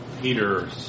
Peter